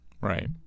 Right